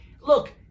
Look